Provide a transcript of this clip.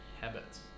habits